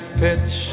pitch